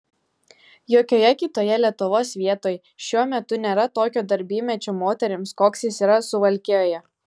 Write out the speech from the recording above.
jokioje kitoje lietuvos vietoj šiuo metu nėra tokio darbymečio moterims koks jis yra suvalkijoje